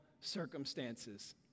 circumstances